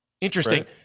Interesting